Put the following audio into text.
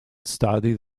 study